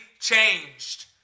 changed